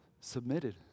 submitted